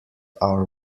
our